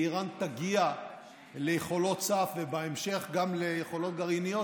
ואיראן תגיע ליכולות סף ובהמשך גם ליכולות גרעיניות,